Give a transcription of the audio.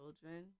children